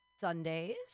Sundays